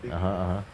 (uh huh) (uh huh)